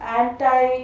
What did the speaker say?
anti